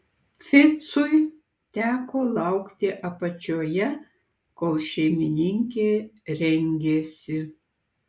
ficui teko laukti apačioje kol šeimininkė rengėsi